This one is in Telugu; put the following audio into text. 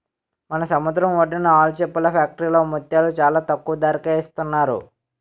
మన సముద్రం ఒడ్డున ఆల్చిప్పల ఫ్యాక్టరీలో ముత్యాలు చాలా తక్కువ ధరకే ఇస్తున్నారు